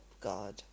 God